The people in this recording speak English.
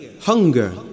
hunger